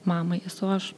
mamai esu aš